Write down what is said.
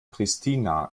pristina